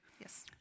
Yes